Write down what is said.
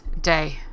day